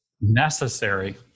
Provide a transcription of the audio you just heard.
necessary